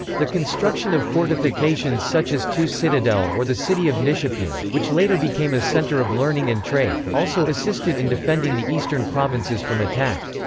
the construction of fortifications such as tus citadel or the city of nishapur, which later became a center of learning and trade, also assisted in defending the eastern provinces from attack.